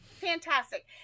fantastic